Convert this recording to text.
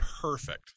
Perfect